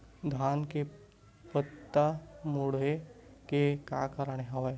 धान के पत्ता मुड़े के का कारण हवय?